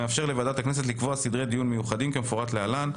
המאפשר לוועדת הכנסת לקבוע סדרי דיון מיוחדים כמפורט להלן.